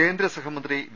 കേന്ദ്രസഹമന്ത്രി വി